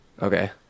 Okay